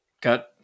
got